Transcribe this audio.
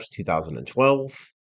2012